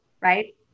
right